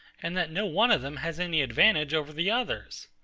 and that no one of them has any advantage over the others.